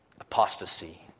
Apostasy